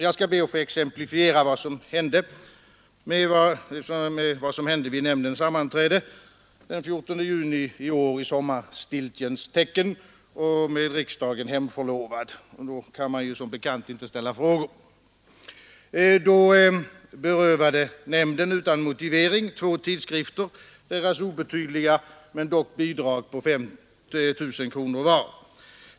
Jag skall be att få exemplifiera vad som hände vid nämndens sammanträde den 14 juni i år i sommarstiltjens tecken och med riksdagen hemförlovad. Då kan man som bekant inte ställa frågor. Nämnden berövade då utan motivering två tidskrifter deras obetydliga bidrag på 5 000 kronor var.